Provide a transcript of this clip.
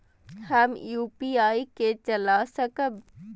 हम यू.पी.आई के चला सकब?